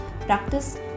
practice